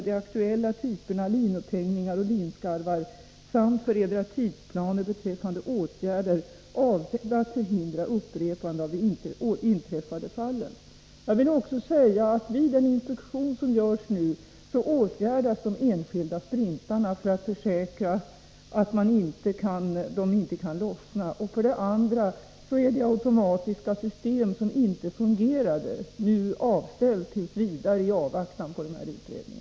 de aktuella typerna linupphängningar och linskarvar samt för Edra tidsplaner betr. åtgärder avsedda att förhindra upprepande av de inträffade fallen.” Jag vill tillägga två saker. För det första: Vid den inspektion som nu görs åtgärdar man de enskilda sprintarna för att försäkra sig om att de inte kan lossna. För det andra: Det automatiska system som inte fungerade är nu avställt t. v., i avvaktan på vattenfallsverkets utredning.